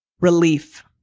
relief